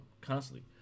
constantly